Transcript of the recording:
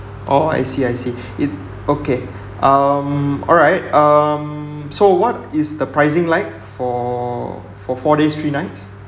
orh I see I see it okay um alright um so what is the pricing like for for four days three nights